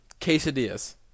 quesadillas